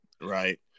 right